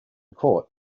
court